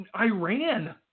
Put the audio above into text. Iran